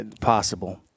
possible